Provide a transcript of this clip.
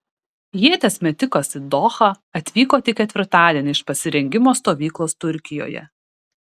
ieties metikas į dohą atvyko tik ketvirtadienį iš pasirengimo stovyklos turkijoje